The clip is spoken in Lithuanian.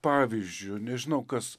pavyzdžiu nežinau kas